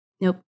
Nope